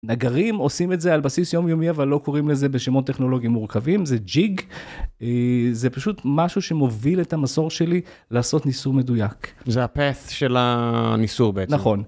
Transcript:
נגרים עושים את זה על בסיס יומיומי, אבל לא קוראים לזה בשמות טכנולוגים מורכבים, זה ג'יג. אה... זה פשוט משהו שמוביל את המסור שלי לעשות ניסור מדויק. זה ה-path של הניסור בעצם. נכון.